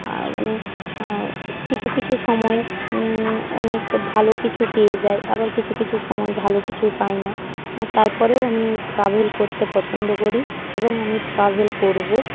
মানে কিছু কিছু সময় অনেক ভালো কিছু পেয়ে যাই আবার কিছু কিছু সময় ভালো কিছু পাই না তারপরেও আমি ট্র্যাভেল করতে পছন্দ করি এবং আমি ট্র্যাভেল করব